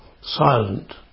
silent